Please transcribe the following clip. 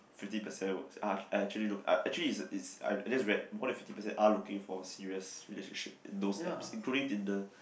fifty percent would are are actually uh actually is is I just read more than fifty percent are looking for serious relationship in those apps including Tinder